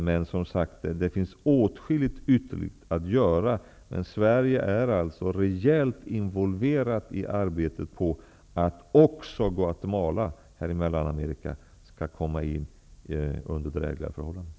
Det finns, som sagt, åtskilligt ytterligare att göra, men Sverige är rejält involverat i arbetet på att också Guatemala i Mellanamerika skall få drägliga förhållanden.